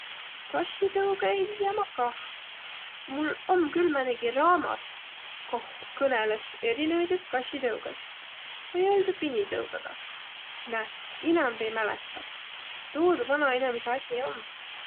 Kassitõugõ ei tiiäq ma kah. Mul om külh määnegi raamat, koh kõnõlõs erinevidest kassitõugõst. Vai oll' tuu pinitõugõgaq. Näet, inämb ei mäletäq. Tuu tuu vanainemise asi oll'.